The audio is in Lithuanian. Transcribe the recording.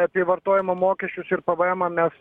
apie vartojimo mokesčius ir pvemą mes